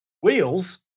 wheels